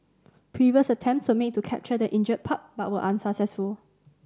previous attempts were made to capture the injured pup but were unsuccessful